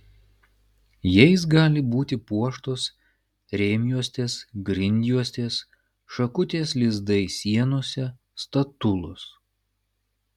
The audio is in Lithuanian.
jais gali būti puoštos rėmjuostės grindjuostės šakutės lizdai sienose statulos